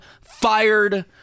fired